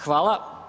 Hvala.